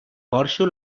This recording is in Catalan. porxo